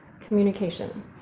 communication